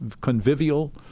convivial